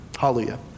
Hallelujah